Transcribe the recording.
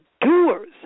doers